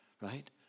Right